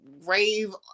rave